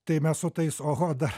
tai mes su tais oho